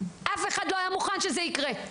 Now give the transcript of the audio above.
אף אחד לא היה מוכן שזה יקרה.